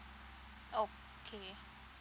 okay